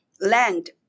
land